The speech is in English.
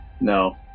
No